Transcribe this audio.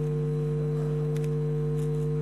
שלוש